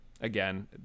again